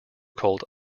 cult